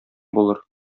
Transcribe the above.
булыр